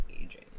aging